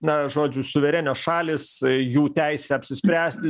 na žodžiu suverenios šalys jų teisę apsispręsti